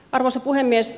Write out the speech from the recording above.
arvoisa puhemies